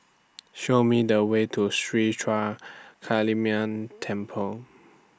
Show Me The Way to Sri Ruthra Kaliamman Temple